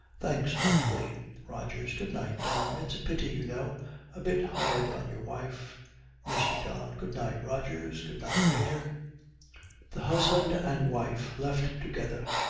thanks, awfully rogers. good-night, don. it's a pity, you know a bit hard on your wife mr. don. good-night, rogers. good-night, major the husband and wife, left together,